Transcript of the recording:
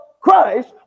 Christ